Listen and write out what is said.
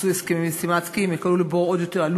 הסכמים עם "סטימצקי".